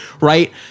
right